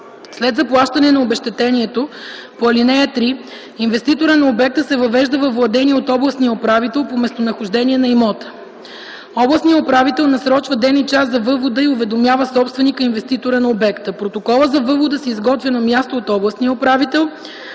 След заплащане на обезщетението по ал. 3, инвеститорът на обекта се въвежда във владение от областния управител по местонахождение на имота. Областният управител насрочва ден и час за въвода и уведомява собственика и инвеститора на обекта. Протоколът за въвода се изготвя на място от областния управител.